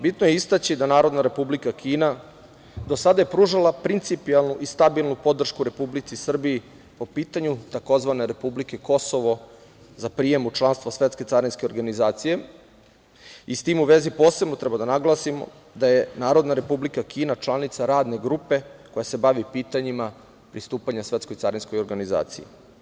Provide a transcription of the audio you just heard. Bitno je istaći da je Narodna Republika Kina do sada pružala principijelnu i stabilnu podršku RS po pitanju tzv. republike Kosovo za prijem u članstvo svetske carinske organizacije i s tim u vezi posebno treba da naglasimo da je Narodna Republika Kina članica radne grupe koja se bavi pitanjima pristupanja Svetskoj carinskoj organizaciji.